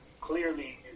clearly